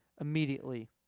immediately